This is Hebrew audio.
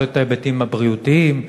לא את ההיבטים הבריאותיים,